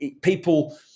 people